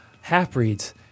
half-breeds